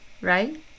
right